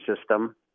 system